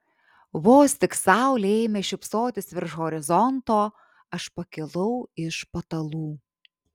vos tik saulė ėmė šypsotis virš horizonto aš pakilau iš patalų